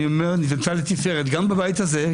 היא נבנתה לתפארת גם בבית הזה,